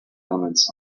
elements